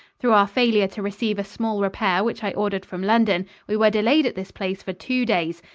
through our failure to receive a small repair which i ordered from london, we were delayed at this place for two days,